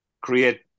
create